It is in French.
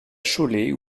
cholet